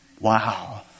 Wow